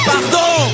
Pardon